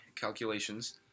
calculations